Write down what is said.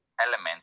elements